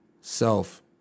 self